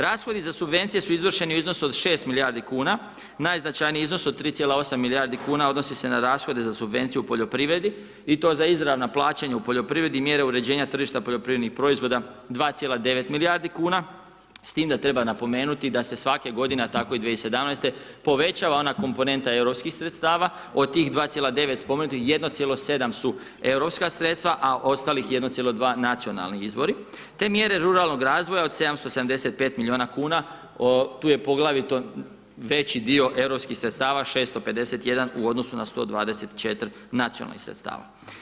Rashodi za subvencije su izvršeni u iznosu od 6 milijardi kuna, najznačajniji iznos od 3,8 milijardi kuna odnosi se na rashode za subvencije u poljoprivredi i to za izravna plaćanja u poljoprivredi, mjere uređenja tržišta poljoprivrednih proizvoda 2,9 milijardi kuna s tim da treba napomenuti da se svake godine, a tako i 2017. povećava ona komponenta europskih sredstava od tih 2,9 spomenutih 1,7 su europska sredstava, a ostalih 1,2 nacionalni izvori te mjere ruralnog razvoja od 775 miliona kuna tu je poglavito veći dio europskih sredstava 651 u odnosu na 124 nacionalnih sredstava.